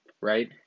right